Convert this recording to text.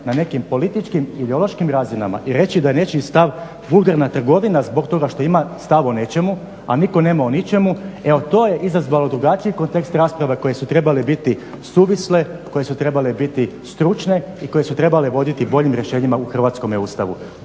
na nekim političkim ideološkim razinama i reći da je nečiji stav vulgarna trgovina zbog toga što ima stav o nečemu, a nitko nema o ničemu, evo to je izazvalo drugačiji kontekst rasprava koje su trebale biti suvisle, koje su trebale biti stručne i koje su trebale voditi boljim rješenjima u hrvatskome Ustavu.